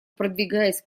подвигаясь